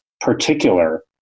particular